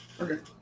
Okay